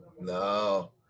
no